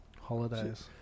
Holidays